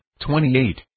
28